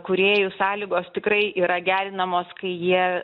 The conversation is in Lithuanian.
kūrėjų sąlygos tikrai yra gerinamos kai jie